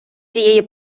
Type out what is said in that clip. цієї